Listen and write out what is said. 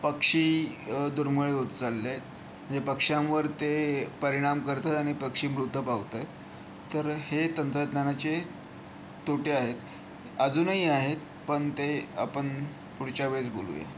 पक्षी दुर्मिळ होत चालले आहेत पक्ष्यांवर ते परिणाम करतं आणि पक्षी मृत पावत आहेत तर हे तंत्रज्ञानाचे तोटे आहेत अजूनही आहेत पण ते आपण पुढच्या वेळेस बोलूया